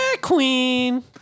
queen